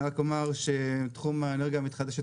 אני רק אומר שהקידום של תחום האנרגיה המתחדשת